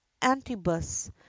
antibus